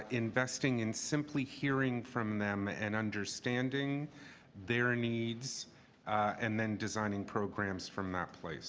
ah investing in simply hearing from them and understanding their needs and then designing programs from that place